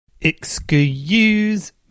Excuse